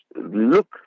look